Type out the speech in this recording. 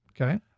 Okay